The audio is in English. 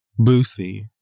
Boosie